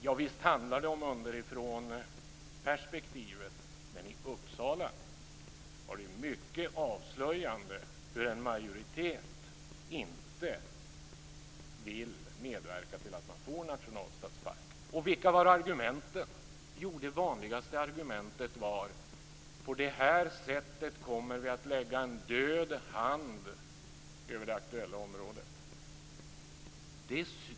Ja visst handlar det om underifrånperspektivet. Men i Uppsala var det mycket avslöjande hur en majoritet inte vill medverka till att man får en nationalstadspark. Och vilka var argumenten? Jo, det vanligaste argumentet var att man på detta sätt kommer att lägga en död hand över det aktuella området.